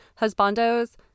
Husbando's